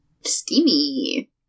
Steamy